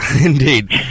Indeed